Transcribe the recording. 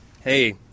Hey